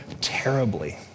terribly